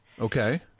okay